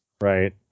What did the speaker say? Right